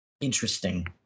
interesting